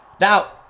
Now